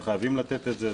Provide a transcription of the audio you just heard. הם חייבים לתת את זה.